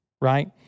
right